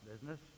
business